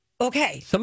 Okay